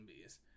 bees